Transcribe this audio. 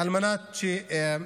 על מנת שנצליח